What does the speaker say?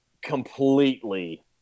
completely